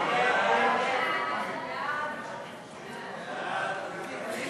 ההצעה להעביר